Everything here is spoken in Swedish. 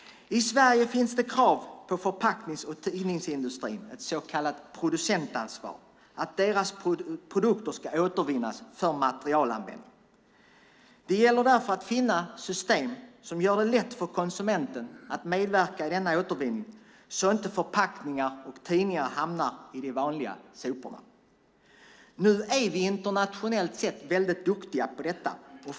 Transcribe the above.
I Sverige finns det ett krav på förpacknings och tidningsindustrin, ett så kallat producentansvar; deras produkter ska återvinnas för materialanvändning. Det gäller därför att finna system som gör det lätt för konsumenten att medverka i denna återvinning så att förpackningar och tidningar inte hamnar bland de vanliga soporna. Internationellt sett är vi väldigt duktiga på detta.